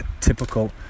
typical